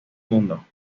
mundo